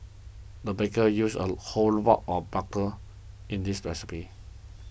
the baker used a whole block of bucker in this recipe